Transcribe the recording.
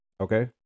okay